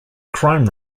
crime